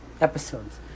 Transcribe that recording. episodes